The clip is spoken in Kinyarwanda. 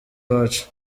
iwacu